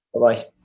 Bye-bye